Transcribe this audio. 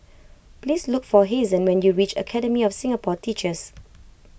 please look for Hazen when you reach Academy of Singapore Teachers